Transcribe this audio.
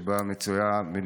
ובו הן מקבלות את ההודעה שבחודש